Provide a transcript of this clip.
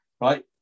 right